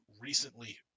recently